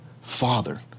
father